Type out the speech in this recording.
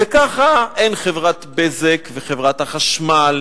וככה חברת "בזק" וחברת החשמל